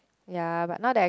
ya but now that I